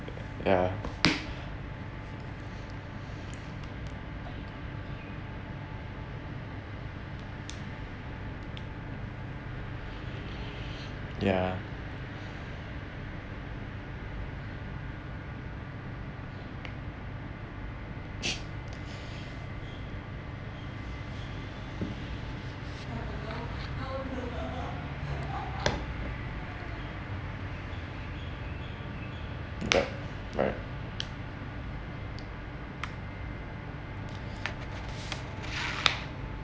ya ya right right